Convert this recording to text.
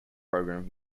program